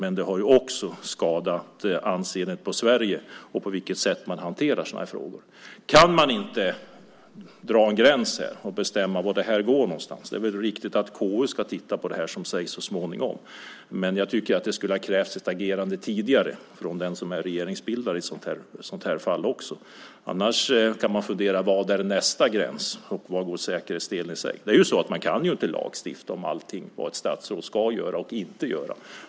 Men den har också skadat Sveriges anseende och när det gäller på vilket sätt man hanterar sådana här frågor. Kan man inte kan dra en gräns här och bestämma var den ska gå någonstans? Det är riktigt att KU ska titta på det här så småningom, som också sägs. Men jag tycker att det också skulle ha krävts ett agerande tidigare från den som är regeringsbildare i ett sådant här fall. Annars kan man fundera på var nästa gräns går för säkerhetsdelen. Man kan ju inte lagstifta om allting som ett statsråd ska göra och inte göra.